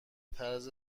طرز